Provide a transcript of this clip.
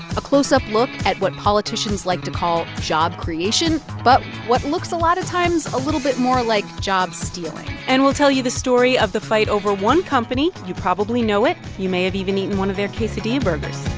a close-up look at what politicians like to call job creation but what looks a lot of times a little bit more like job stealing and we'll tell you the story of the fight over one company. you probably know it. you may have even eaten one of their quesadilla burgers